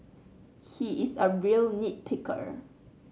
he is a real nit picker